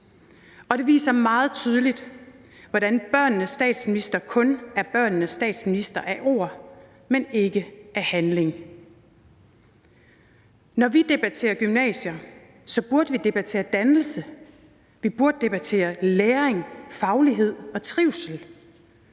Og det viser meget tydeligt, hvordan børnenes statsminister kun er børnenes statsminister af ord, men ikke af handling. Når vi debatterer gymnasier, burde vi debattere dannelse, vi burde debattere læring, faglighed og trivsel.